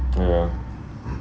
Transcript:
ya